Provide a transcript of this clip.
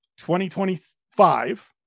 2025